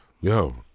Yo